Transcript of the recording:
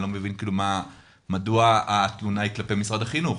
אני לא מבין מדוע התלונה היא כלפי משרד החינוך.